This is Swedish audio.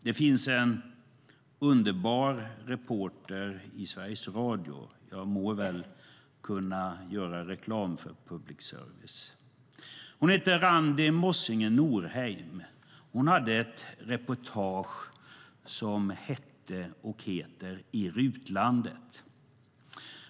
Det finns en underbar reporter på Sveriges Radio - jag må väl kunna göra reklam för public service. Hon heter Randi Mossige-Norheim. Hon gjorde ett reportage som hette och heter Resa i RUT-landet.